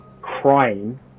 crying